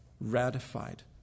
ratified